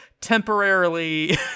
temporarily